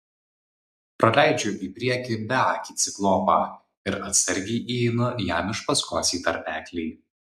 praleidžiu į priekį beakį ciklopą ir atsargiai įeinu jam iš paskos į tarpeklį